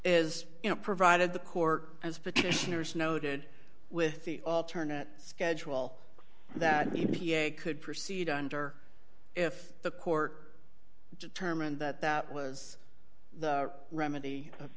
is you know provided the court has petitioners noted with the alternate schedule that e p a could proceed under if the court determined that that was the remedy of